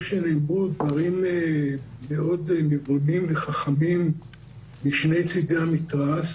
שנאמרו דברים מאוד נבונים וחכמים משני צדי המתרס,